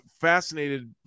fascinated